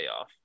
off